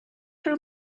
her